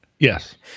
Yes